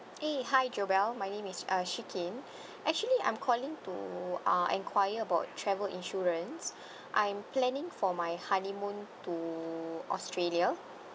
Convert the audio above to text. eh hi joel my name is ashikin actually I'm calling to uh enquire about travel insurance I'm planning for my honeymoon to australia